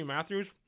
Matthews